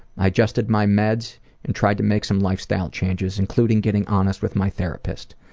i adjusted my meds and tried to make some lifestyle changes including getting honest with my therapist.